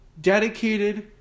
dedicated